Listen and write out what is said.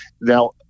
Now